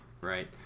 right